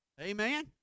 Amen